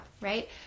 right